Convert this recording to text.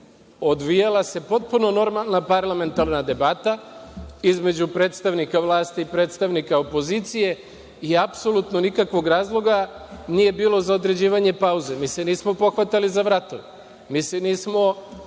Odvijala se potpuno normalna parlamentarna debata između predstavnika vlasti i predstavnika opozicije. Apsolutno nikakvog razloga nije bilo za određivanje pauze. Mi se nismo pohvatali za vratove. Mi se nismo